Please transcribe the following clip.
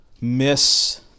miss